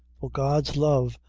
for god's love,